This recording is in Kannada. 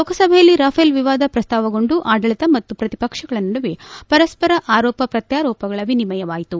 ಲೋಕಸಭೆಯಲ್ಲಿ ರಫೇಲ್ ವಿವಾದ ಪ್ರಸ್ತಾಪಗೊಂಡು ಆಡಳಿತ ಮತ್ತು ಪ್ರತಿಪಕ್ಷಗಳ ನಡುವೆ ಪರಸ್ವರ ಆರೋಪ ಪ್ರತ್ಯಾರೋಪಗಳ ವಿನಿಮಯವಾಯಿತು